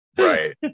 Right